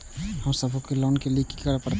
हमू सब के लोन ले के लीऐ कते जा परतें?